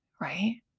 right